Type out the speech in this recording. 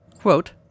Quote